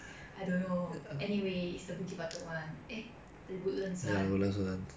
I don't know anyway is the bukit batok one eh the woodlands one